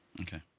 Okay